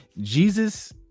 Jesus